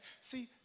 See